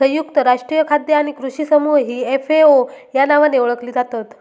संयुक्त राष्ट्रीय खाद्य आणि कृषी समूह ही एफ.ए.ओ या नावाने ओळखली जातत